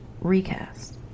Recast